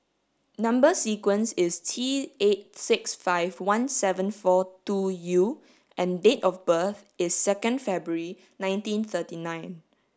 number sequence is T eight six five one seven four two U and date of birth is second February nineteen thirty nine